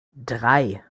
drei